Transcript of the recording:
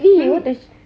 exactly what the